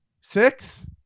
six